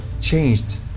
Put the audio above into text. changed